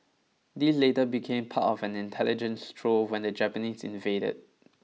these later became part of an intelligence trove when the Japanese invaded